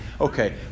Okay